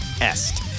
Est